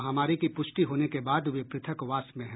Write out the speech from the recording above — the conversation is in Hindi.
महामारी के पुष्टि होने के बाद वे पृथकवास में हैं